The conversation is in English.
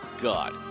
god